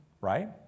right